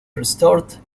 restored